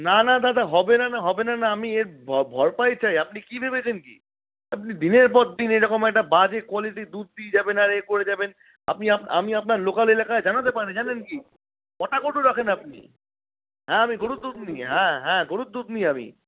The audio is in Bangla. না না দাদা হবে না না হবে না না আমি এর ভর ভরপাই চাই আপনি কি ভেবেছেন কি আপনি দিনের পর দিন এরকম একটা বাজে কোয়ালিটির দুধ দিয়ে যাবেন আর এ করে যাবেন আপনি আমি আপনার লোকাল এলাকায় জানতে পারি জানেন কি কটা গরু রাখেন আপনি হ্যাঁ আমি গরুর দুধ নিই হ্যাঁ হ্যাঁ গরুর দুধ নিই আমি